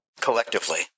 collectively